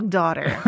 daughter